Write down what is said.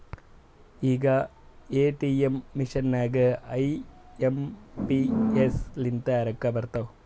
ಈಗ ATM machine ನಾಗೂ I M P S ಲಿಂತೆ ರೊಕ್ಕಾ ಬರ್ತಾವ್